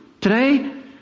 today